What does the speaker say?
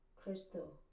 Crystal